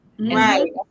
Right